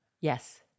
Yes